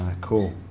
Cool